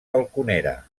balconera